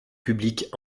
publiques